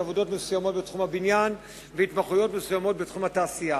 עבודות מסוימות בתחום הבניין והתמחויות מסוימות בתחום התעשייה.